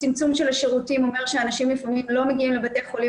צמצום של השירותים אומר שאנשים לפעמים לא מגיעים לבתי החולים